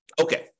Okay